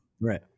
Right